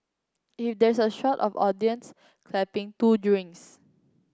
if there's a shot of audience clapping two drinks